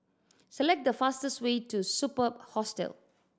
select the fastest way to Superb Hostel